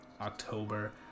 October